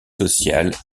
sociale